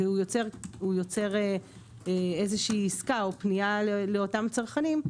והוא יוצר איזושהי עסקה או פנייה לאותם צרכנים,